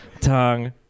tongue